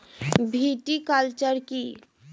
Viticulture কী?